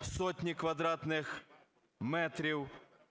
сотні квадратних метрів